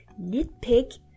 nitpick